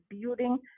building